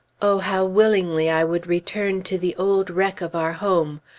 oh, how willingly i would return to the old wreck of our home!